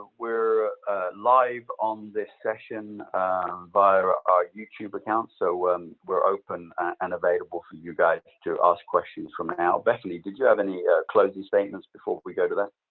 we're live on this session via our youtube account, so we're open and available for you guys to ask questions from there. bethany, did you have any closing statements before we go to that?